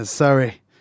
Sorry